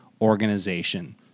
organization